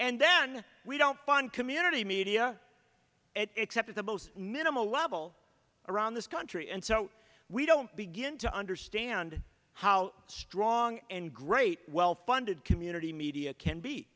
and then we don't fund community media and except at the most minimal level around this country and so we don't begin to understand how strong and great well funded community media can be